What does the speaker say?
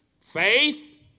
Faith